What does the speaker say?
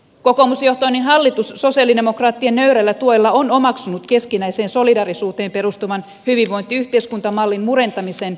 kokoomusjohtoinen hallitus sosialidemokraattien nöyrällä tuella on omaksunut keskinäiseen solidaarisuuteen perustuvan hyvinvointiyhteiskuntamallin murentamisen